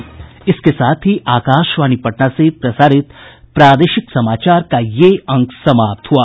इसके साथ ही आकाशवाणी पटना से प्रसारित प्रादेशिक समाचार का ये अंक समाप्त हुआ